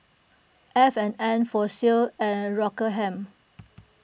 F and N Fossil and Rockingham